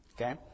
okay